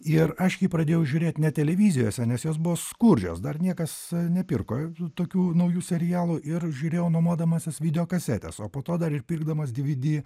ir aš jį pradėjau žiūrėt net televizijose nes jos buvo skurdžios dar niekas nepirko tokių naujų serialų ir žiūrėjau nuomodamasis video kasetes o po to dar ir pirkdamas dvd